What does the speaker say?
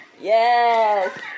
Yes